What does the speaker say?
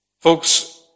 folks